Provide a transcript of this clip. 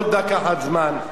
עוד דקה אחת זמן,